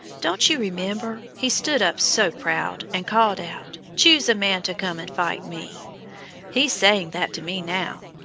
don't you remember? he stood up so proud, and called out choose a man to come and fight me he's saying that to me now.